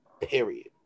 period